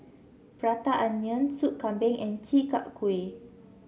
Prata Onion Soup Kambing and Chi Kak Kuih